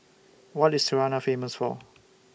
What IS Tirana Famous For